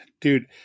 Dude